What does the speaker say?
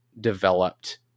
developed